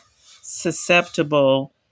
susceptible